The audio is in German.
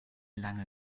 lange